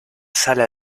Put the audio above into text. sala